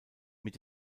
mit